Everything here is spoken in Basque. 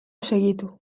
segitu